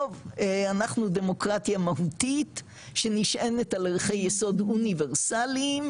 טוב אנחנו דמוקרטיה מהותית שנשענת על ערכי יסוד אוניברסליים,